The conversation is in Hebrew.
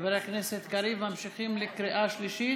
חבר הכנסת קריב, ממשיכים לקריאה שלישית?